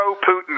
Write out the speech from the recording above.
pro-Putin